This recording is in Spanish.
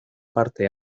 parte